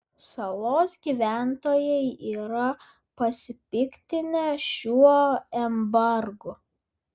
salos gyventojai yra pasipiktinę šiuo embargu